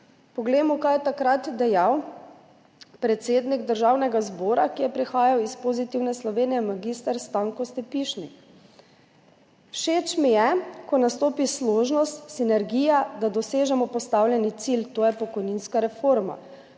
Poglejmo, kaj je takrat dejal predsednik Državnega zbora, ki je prihajal iz Pozitivne Slovenije, mag. Stanko Stepišnik: »Všeč mi je, ko nastopi složnost, sinergija, da dosežemo postavljeni cilj, to je pokojninska reforma.